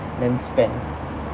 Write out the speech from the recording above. then spend